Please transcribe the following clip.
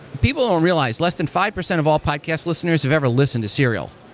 people don't realize, less than five percent of all podcast listeners have ever listened to serial.